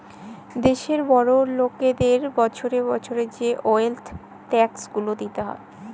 দ্যাশের বড় লকদের বসরে বসরে যে ওয়েলথ ট্যাক্স দিতে হ্যয়